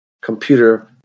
computer